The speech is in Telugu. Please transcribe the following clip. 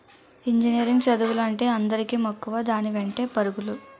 ఇంజినీరింగ్ చదువులంటే అందరికీ మక్కువ దాని వెంటే పరుగులు